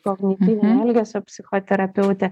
kognityvinio elgesio psichoterapeutė